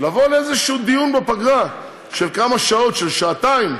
לבוא לאיזשהו דיון בפגרה של כמה שעות, של שעתיים,